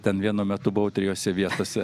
ten vienu metu buvau trijose vietose